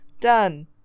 Done